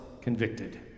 convicted